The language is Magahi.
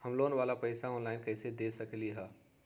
हम लोन वाला पैसा ऑनलाइन कईसे दे सकेलि ह?